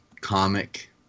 comic